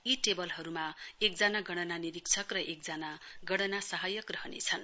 यी टेवलहरूमा एकजना गणना निरीक्षक र एकजना गणना सहायक रहनेछन